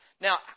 Now